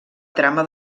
trama